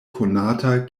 konata